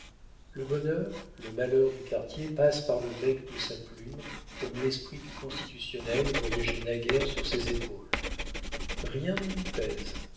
le bonheur le malheur du quartier passe par le bec de sa plume comme l'esprit du constitutionnel voyageait naguère sur ses épaules rien ne lui pèse